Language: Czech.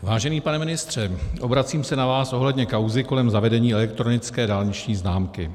Vážený pane ministře, obracím se na vás ohledně kauzy kolem zavedení elektronické dálniční známky.